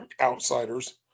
outsiders